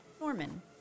Norman